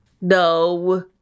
No